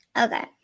Okay